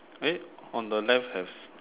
eh on the left have